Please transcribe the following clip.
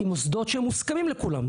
עם מוסדות שמוסכמים לכולם,